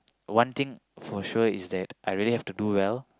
one thing for sure is that I really have to do well